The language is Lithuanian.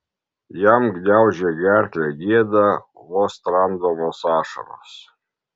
jam gniaužė gerklę gėda vos tramdomos ašaros